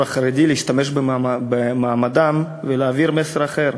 החרדי להשתמש במעמדם ולהעביר מסר אחר.